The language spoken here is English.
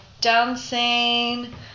dancing